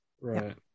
right